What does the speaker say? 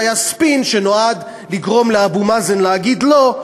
זה היה ספין שנועד לגרום לאבו מאזן להגיד לא,